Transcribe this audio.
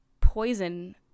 poison